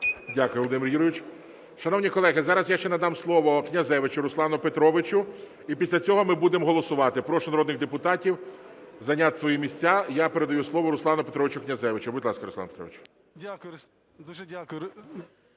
Дякую, Володимир Юрійович. Шановні колеги, зараз я ще надам слово Князевичу Руслану Петровичу, і після цього ми будемо голосувати. Прошу народних депутатів зайняти свої місця. Я передаю слово Руслану Петровичу Князевичу. Будь ласка, Руслан Петрович. 13:33:33